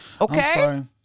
Okay